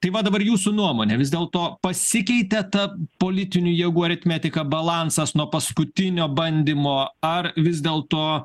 tai va dabar jūsų nuomone vis dėlto pasikeitė ta politinių jėgų aritmetika balansas nuo paskutinio bandymo ar vis dėl to